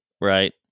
right